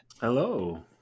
Hello